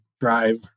drive